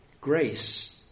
Grace